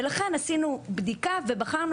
ולכן עשינו בדיקה ובחרנו